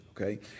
Okay